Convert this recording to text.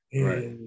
Right